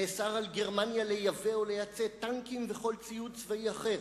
נאסר על גרמניה לייבא או לייצא טנקים וכל ציוד צבאי אחר,